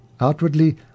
Outwardly